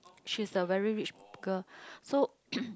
she's a very rich girl so